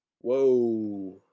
Whoa